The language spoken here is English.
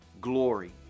glory